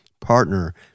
partner